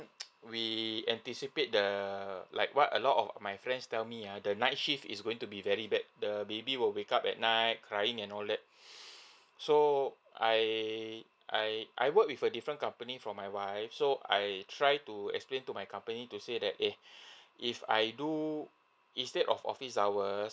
we anticipate the like what a lot of my friends tell me uh the night shift is going to be very bad the baby will wake up at night crying and all that so I I I work with a different company from my wife so I try to explain to my company to say that eh if I do instead of office hours